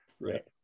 right